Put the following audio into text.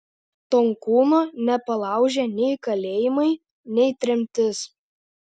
tonkūno nepalaužė nei kalėjimai nei tremtis